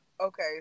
okay